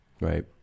Right